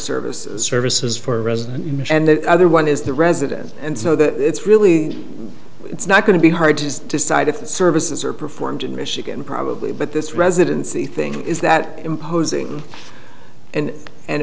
services services for a resident and the other one is the resident and so that it's really it's not going to be hard to decide if services are performed in michigan probably but this residency thing is that imposing and and